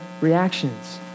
reactions